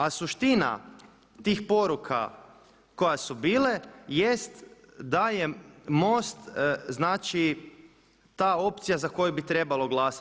A suština tih poruka koje su bile jest da je MOST, znači ta opcija za koju bi trebalo glasati.